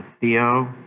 Theo